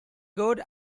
god